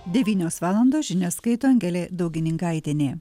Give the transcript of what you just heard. devynios valandos žinias skaito angelė daugininkaitienė